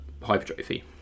hypertrophy